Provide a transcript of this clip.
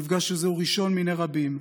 המפגש הזה הוא ראשון מני רבים.